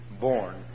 born